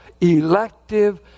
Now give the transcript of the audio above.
elective